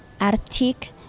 Arctic